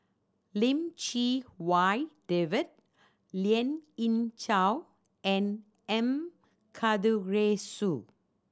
Lim Chee Wai David Lien Ying Chow and M Karthigesu